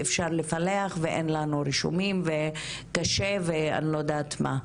אפשר לפלח ואין לנו רישומים וקשה ואני לא יודעת מה.